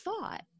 thought